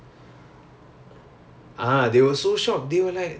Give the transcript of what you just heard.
oh they were shocked by that oh okay K